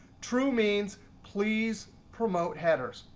true means please promote headers.